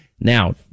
now